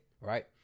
Right